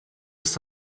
ist